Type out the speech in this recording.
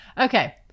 Okay